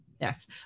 yes